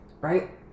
right